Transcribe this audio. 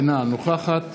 אינה נוכחת